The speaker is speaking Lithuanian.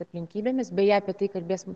aplinkybėmis beje apie tai kalbėsim